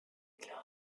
glaube